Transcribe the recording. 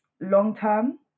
long-term